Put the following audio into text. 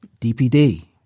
DPD